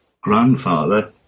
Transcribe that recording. grandfather